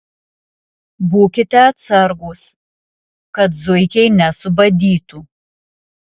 būkite atsargūs kad zuikiai nesubadytų